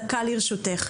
דקה לרשותך.